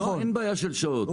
לא, אין בעיה של שעות.